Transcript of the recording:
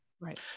Right